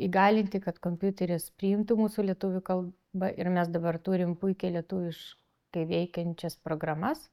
įgalinti kad kompiuteris priimtų mūsų lietuvių kalbą ir mes dabar turim puikiai lietuviškai veikiančias programas